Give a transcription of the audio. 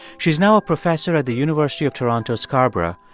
she is now a professor at the university of toronto scarborough,